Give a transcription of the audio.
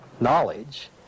knowledge